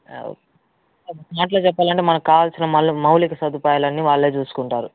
ఒక్క మాటలో చెప్పాలంటే మనకు కావాల్సిన మల్లు మౌలిక సదుపాయాలన్ని వాళ్ళే చూసుకుంటారు